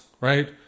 right